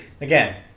Again